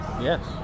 Yes